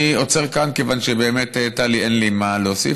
אני עוצר כאן כיוון שבאמת, טלי, אין לי מה להוסיף.